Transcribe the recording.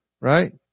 right